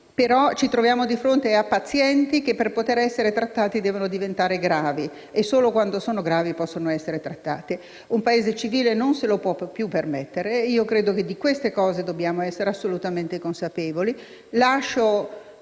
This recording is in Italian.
Ci troviamo di fronte a pazienti che, per poter essere trattati, devono diventare gravi e solo quando sono gravi possono essere trattati. Un Paese civile non se lo può più permettere e io credo che di queste cose dobbiamo essere assolutamente consapevoli.